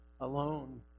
alone